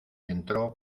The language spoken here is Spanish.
entró